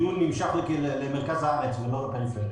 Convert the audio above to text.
באיזשהו שלב אני הרגשתי שהדיון נמשך למרכז הארץ ולא לפריפריה.